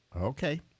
Okay